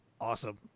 awesome